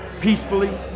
peacefully